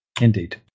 Indeed